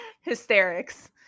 Hysterics